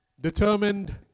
determined